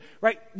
right